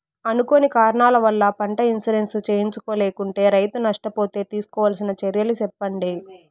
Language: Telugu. అనుకోని కారణాల వల్ల, పంట ఇన్సూరెన్సు చేయించలేకుంటే, రైతు నష్ట పోతే తీసుకోవాల్సిన చర్యలు సెప్పండి?